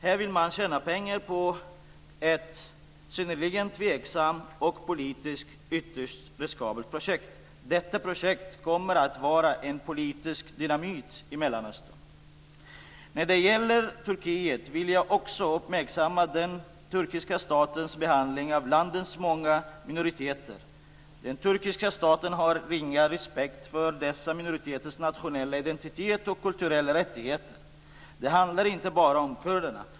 Här vill man tjäna pengar på ett synnerligen tveksamt och politiskt ytterst riskabelt projekt. Detta projekt kommer att vara politisk dynamit i När det gäller Turkiet vill jag också fästa uppmärksamheten på den turkiska statens behandling av landets många minoriteter. Den turkiska staten har ringa respekt för dessa minoriteters nationella identitet och kulturella rättigheter. Det handlar inte bara om kurderna.